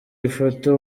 ifoto